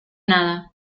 nada